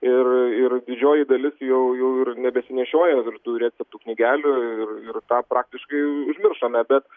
ir ir didžioji dalis jau jau ir nebesinešioja ir tų receptų knygelių ir ir tą praktiškai užmiršome bet